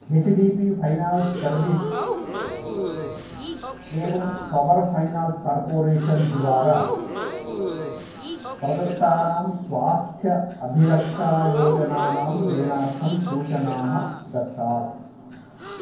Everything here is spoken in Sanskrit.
H D B finance service एवं पवर् फ़ैनान्स् कार्पोरेशन् द्वारा प्रदत्तानां स्वास्थ्य अभिरक्षायोजनानां चयनार्थं सूचनाः दत्तात्